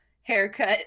haircut